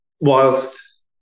whilst